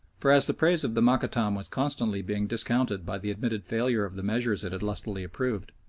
for as the praise of the mokattam was constantly being discounted by the admitted failure of the measures it had lustily approved,